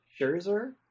scherzer